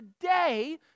today